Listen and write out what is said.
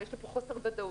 ויש פה חוסר ודאות,